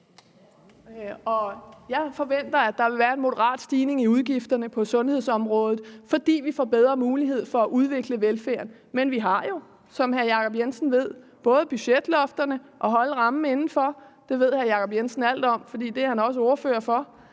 Jeg forventer, at der vil være en moderat stigning i udgifterne på sundhedsområdet, fordi vi får bedre mulighed for at udvikle velfærden. Men vi har jo, som hr. Jacob Jensen ved, både budgetlofterne at holde rammen inden for – det ved hr. Jacob Jensen alt om, for det er han også ordfører for